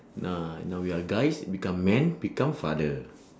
now now we are guys become man become father